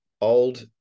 old